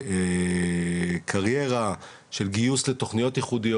של קריירה, של גיוס לתכניות ייחודיות.